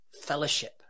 fellowship